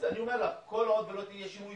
אני אומר לך: כל עוד לא יהיה שינוי